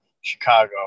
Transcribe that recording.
Chicago